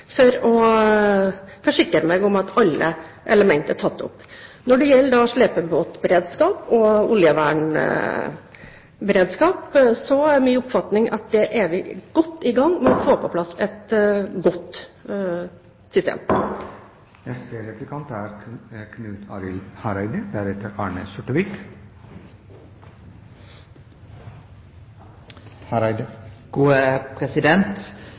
for å forsikre meg om at alle elementer er tatt opp. Når det gjelder slepebåtberedskap og oljevernberedskap, er min oppfatning at der er vi godt i gang med å få på plass et godt system. Eg er